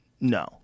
No